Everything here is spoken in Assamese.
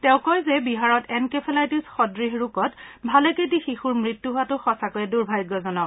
তেওঁ কয় যে বিহাৰত এনকেফেলাইটিছ সদশ ৰোগত ভালেকেইটি শিশুৰ মৃত্যু হোৱাটো সঁচাকৈয়ে দুৰ্ভাগ্যজনক